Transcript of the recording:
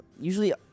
Usually